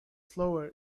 slower